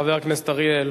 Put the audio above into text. חבר הכנסת אריאל,